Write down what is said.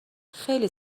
خیلی